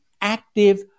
active